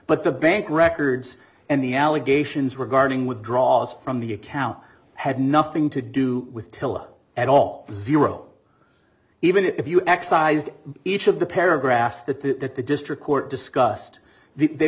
but the bank records and the allegations regarding withdrawals from the account had nothing to do with philip at all zero even if you excised each of the paragraphs that the that the district court discussed the